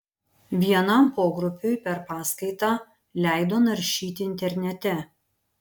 vienam pogrupiui per paskaitą leido naršyti internete